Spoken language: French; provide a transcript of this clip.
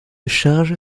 charge